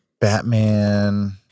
Batman